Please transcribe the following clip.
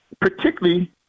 particularly